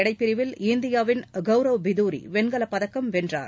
எடைப்பிரிவில் இந்தியாவின் கவ்ரவ் பிதரி வெண்கலப்பதக்கம் வென்றார்